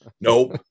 Nope